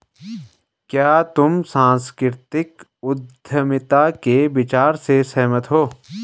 क्या तुम सांस्कृतिक उद्यमिता के विचार से सहमत हो?